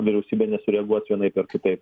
vyriausybė nesureaguos vienaip ar kitaip